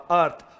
earth